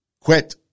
quit